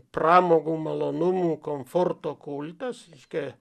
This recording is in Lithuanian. pramogų malonumų komforto kultas reiškia